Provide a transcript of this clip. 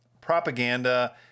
propaganda